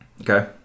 Okay